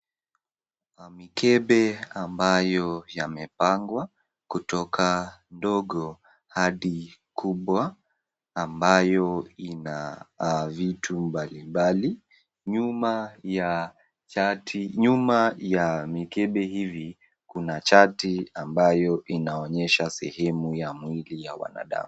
Mamikebe ambayo yamepangwa kutoka dogo hadi kubwa ambayo ina vitu mbali mbali. Nyuma ya mikebe hivi kuna chati ambayo inaonyesha sehemu ya mwili ya wanadamu.